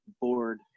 board